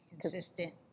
consistent